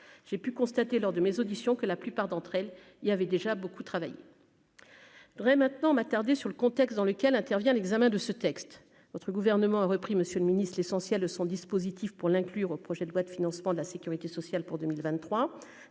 j'ai pu constater lors de mes auditions que la plupart d'entre elles, il avait déjà beaucoup travaillé Dray maintenant m'attarder sur le contexte dans lequel intervient l'examen de ce texte, votre gouvernement a repris, Monsieur le Ministre, l'essentiel de son dispositif pour l'inclure au projet de loi de financement de la Sécurité sociale pour 2023